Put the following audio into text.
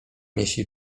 jeśli